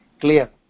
clear